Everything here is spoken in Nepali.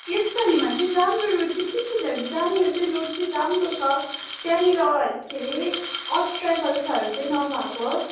यस भरिमा चाहिँ राम्रो रुट चाहिँ कुन चाहिँ छ जहाँनिर चाहिँ रोड चाहिँ राम्रो छ त्यहाँनिर के अरे अब्सट्याकल्सहरू चाहिँ नभएको